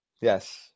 yes